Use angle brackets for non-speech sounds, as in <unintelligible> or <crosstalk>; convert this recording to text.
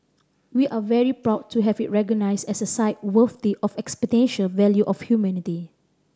we are very proud to have it recognised as a site worthy of <unintelligible> value of humanity